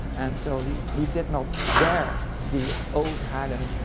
and so he he did not dare the old haarlem